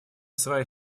своей